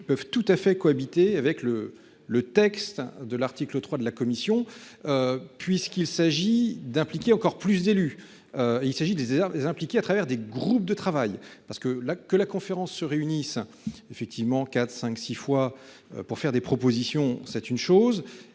peuvent tout à fait cohabiter avec le le texte de l'article 3 de la commission. Puisqu'il s'agit d'impliquer encore plus d'élus. Il s'agit Isère impliqué à travers des groupes de travail parce que la, que la conférence se réunissent effectivement quatre, cinq, six fois pour faire des propositions, c'est une chose